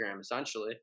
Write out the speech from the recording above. essentially